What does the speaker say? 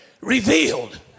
revealed